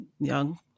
young